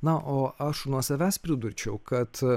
na o aš nuo savęs pridurčiau kad